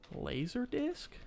LaserDisc